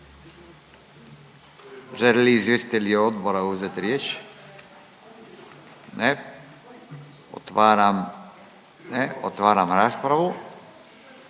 li izvjestitelji odbora uzeti riječ? Ne, otvaram, ne, otvaram raspravu